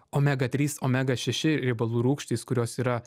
omega trys omega šeši riebalų rūgštys kurios yra